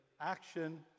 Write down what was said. action